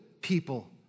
people